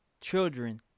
children